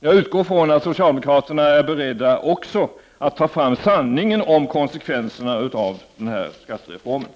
Jag utgår från att socialdemokraterna också är beredda att ta fram sanningen om konsekvenserna av den här skattereformen.